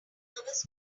nervous